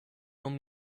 non